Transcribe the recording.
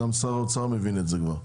גם שר האוצר כבר מבין את זה.